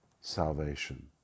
salvation